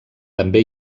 també